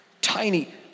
Tiny